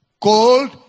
cold